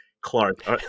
Clark